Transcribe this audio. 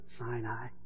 Sinai